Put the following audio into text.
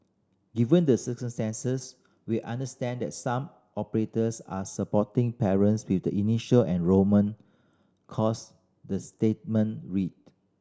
given the circumstances we understand that some operators are supporting parents with the initial enrolment cost the statement read